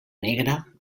negra